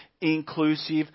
inclusive